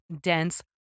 dense